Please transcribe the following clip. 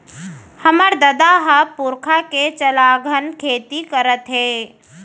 हमर ददा ह पुरखा के चलाघन खेती करत हे